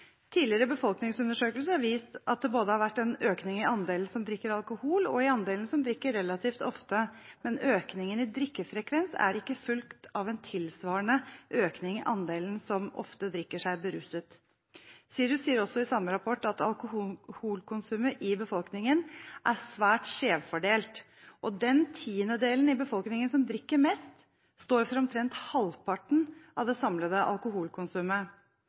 Tidligere befolkningsundersøkelser har vist at det både har vært en økning i andelen som drikker alkohol, og i andelen som drikker relativt ofte, men økningen i drikkefrekvens er ikke fulgt av en tilsvarende økning i andelen som ofte drikker seg beruset. SIRUS sier også i samme rapport at alkoholkonsumet i befolkningen er svært skjevfordelt, og den tiendedelen i befolkningen som drikker mest, står for omtrent halvparten av det samlede